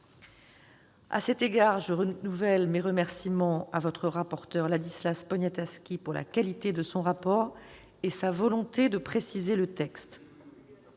À cet égard, je renouvelle mes remerciements à votre rapporteur Ladislas Poniatowski de la qualité de son rapport et de sa volonté de préciser le texte.